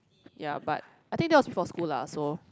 ya but I think that was before school lah so